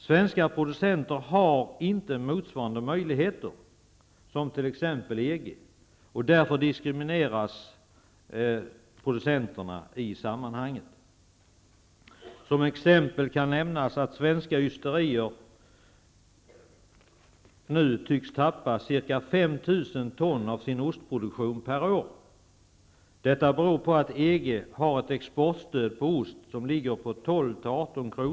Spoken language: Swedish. Svenska producenter har inte motsvarande möjligheter som t.ex. länderna inom EG, och därför diskrimineras producenterna i sammanhanget. Som exempel kan nämnas att svenska ysterier nu tycks tappa ca 5 000 ton av sin ostproduktion per år. Detta beror på att EG har ett exportstöd för ost som ligger på 12--18 kr.